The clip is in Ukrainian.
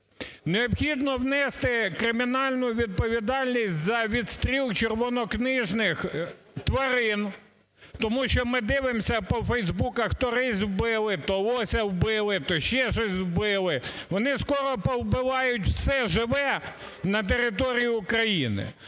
Необхідно внести кримінальну відповідальність за відстріл червонокнижних тварин. Тому що ми дивимося по Фейсбуках: то рись вбили, то лося вбили, то ще щось вбили. Вони скоро повбивають все живе на території України.